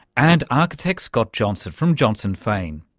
and architect scott johnson from johnson fein.